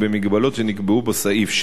ובהגבלות שנקבעו בסעיף,